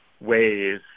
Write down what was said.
ways